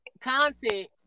content